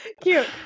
Cute